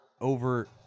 over